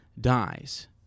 dies